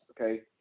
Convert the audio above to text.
Okay